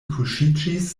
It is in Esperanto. kuŝiĝis